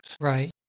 Right